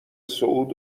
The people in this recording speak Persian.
صعود